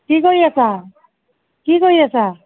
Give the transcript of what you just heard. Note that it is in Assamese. কি কৰি আছা কি কৰি আছা